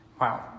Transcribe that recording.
Wow